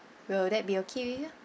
will that be okay with you